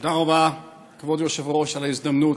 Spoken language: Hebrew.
תודה רבה, כבוד היושב-ראש, על ההזדמנות.